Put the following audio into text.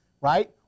right